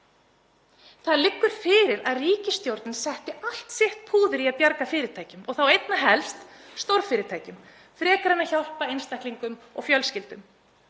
Það liggur fyrir að ríkisstjórnin setti allt sitt púður í að bjarga fyrirtækjum, og þá einna helst stórfyrirtækjum, frekar en að hjálpa einstaklingum og fjölskyldum.